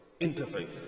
Interfaith